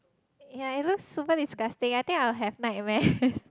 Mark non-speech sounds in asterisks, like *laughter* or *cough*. yea it looks super disgusting I think I will have nightmares *laughs*